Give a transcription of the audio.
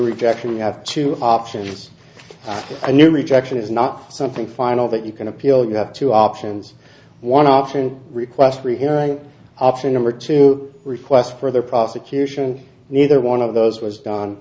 rejection you have two options a new rejection is not something final that you can appeal you have two options one option request rehearing option number two requests for their prosecution neither one of those was done